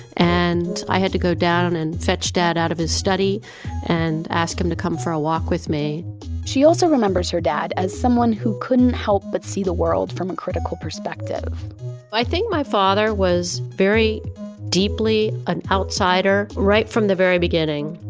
and i had to go down and fetch dad out of his study and ask him to come for a walk with me she also remembers her dad as someone who couldn't help but see the world from a critical perspective i think my father was very deeply an outsider right from the very beginning,